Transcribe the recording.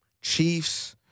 Chiefs